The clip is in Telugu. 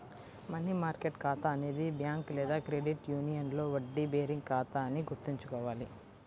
మనీ మార్కెట్ ఖాతా అనేది బ్యాంక్ లేదా క్రెడిట్ యూనియన్లో వడ్డీ బేరింగ్ ఖాతా అని గుర్తుంచుకోవాలి